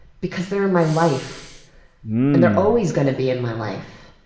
because they're in my life and they're always going to be in my life,